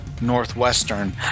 Northwestern